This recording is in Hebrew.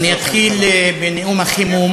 אני אתחיל בנאום החימום